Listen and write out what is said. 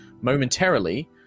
momentarily